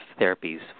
therapies